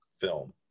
film